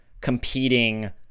competing